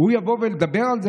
הוא יבוא וידבר על זה?